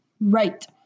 Right